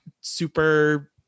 super